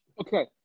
Okay